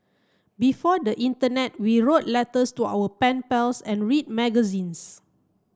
before the internet we wrote letters to our pen pals and read magazines